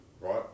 right